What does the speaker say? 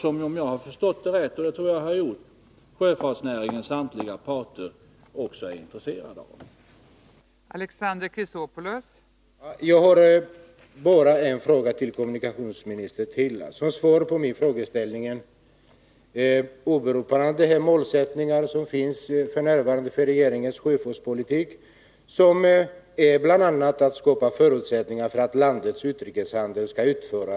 Om jag har förstått rätt, vilket jag tror, är också sjöfartsnäringens samtliga parter intresserade av dem.